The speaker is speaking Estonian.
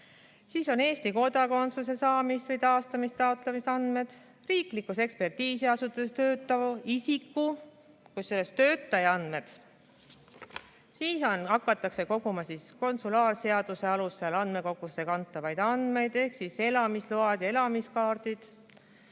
andmed, Eesti kodakondsuse saamise või taastamise taotlemise andmed, riiklikus ekspertiisiasutuses töötava isiku, kusjuures töötaja andmed, hakatakse koguma konsulaarseaduse alusel andmekogusse kantavaid andmeid, s.o elamisload ja elamiskaardid,